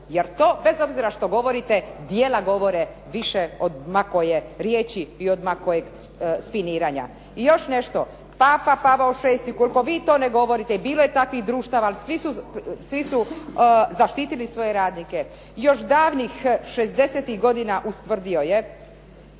Jer to, bez obzira što govorite, djela govore više od ma koje riječi i od ma kojeg spiniranja. I još nešto. Papa Pavao VI., koliko vi to ne govorite, bilo je takvih društava, ali svi su zaštitili svoje radnike. Još davnih 60-ih godina ustvrdio je